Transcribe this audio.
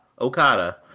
Okada